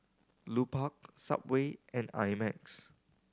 Lupark Subway and I Max